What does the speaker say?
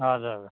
हजुर हजुर